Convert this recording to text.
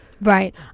Right